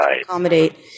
accommodate